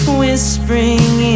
whispering